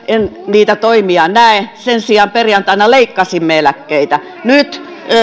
en niitä toimia näe sen sijaan perjantaina leikkasimme eläkkeitä nyt